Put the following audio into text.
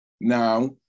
now